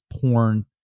porn